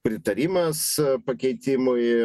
pritarimas pakeitimui